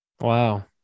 wow